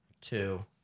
two